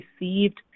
received